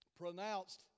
pronounced